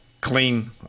clean